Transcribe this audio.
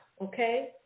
okay